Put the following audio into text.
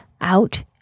out